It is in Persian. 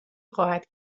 خواهد